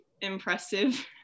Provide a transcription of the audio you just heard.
impressive